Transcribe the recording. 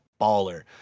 baller